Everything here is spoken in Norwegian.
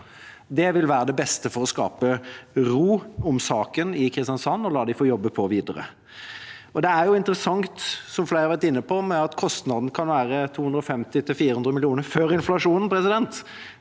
Det ville vært det beste for å skape ro om saken i Kristiansand – å la dem få jobbe på videre. Det er interessant, som flere har vært inne på, at kostnaden kan være 250–400 mill. kr – før inflasjonen – men